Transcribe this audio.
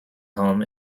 home